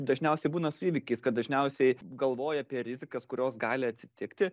dažniausiai būna su įvykiais kad dažniausiai galvoji apie rizikas kurios gali atsitikti